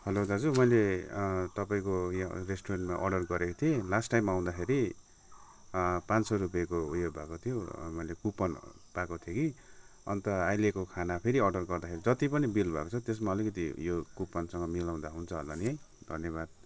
hello दाजु मैले तपाईँको यो रेस्टुरेन्टमा अर्डर गरेको थिएँ लास्ट टाइम आउँदाखेरि पाँच सौ रुपियाँको उयो भएको थियो मैले कुपन पाएको थिएँ कि अन्त अहिलेको खाना फेरि अर्डर गर्दाखेरि जति पनि बिल भएको छ त्यसमा अलिकति यो कुपनसँग मिलाउँदा हुन्छ होला नि धन्यवाद